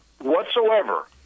whatsoever